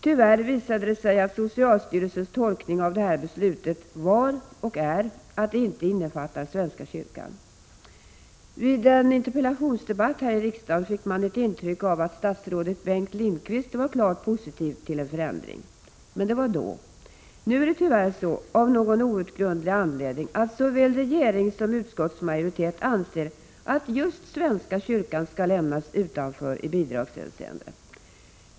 Tyvärr visade det sig att socialstyrelsens tolkning av det här beslutet var, och är, att det inte innefattar svenska kyrkan. Vid en interpellationsdebatt här i riksdagen fick man ett intryck av att statsrådet Bengt Lindqvist var positiv till en förändring. Men det var då. Nu är det tyvärr så, av någon outgrundlig anledning, att såväl regering som utskottsmajoritet anser att just svenska kyrkan skall lämnas utanför i bidragshänseende.